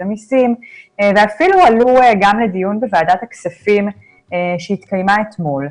המסים ואפילו עלו לדיון בוועדת הכספים בישיבתה אתמול.